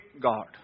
God